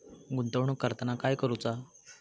गुंतवणूक करताना काय करुचा?